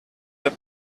der